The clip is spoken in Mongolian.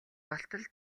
болтол